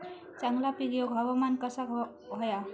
चांगला पीक येऊक हवामान कसा होया?